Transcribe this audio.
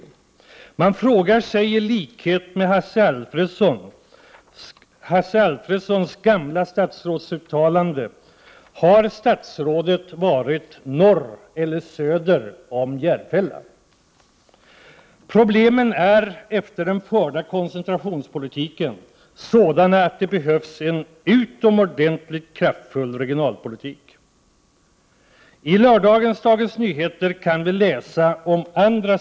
Man frågar sig i likhet med Hasse Alfredson i hans gamla statsrådsuttalande: Har statsrådet varit norr eller söder om Järfälla? Problemen är — efter den förda koncentrationspolitiken — sådana att det behövs en utomordentligt kraftfull regionalpolitik. I lördagens Dagens Nyheter kan vi läsa om den andra sidan av den Prot.